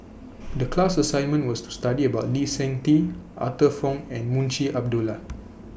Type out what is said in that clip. The class assignment was to study about Lee Seng Tee Arthur Fong and Munshi Abdullah